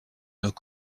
nos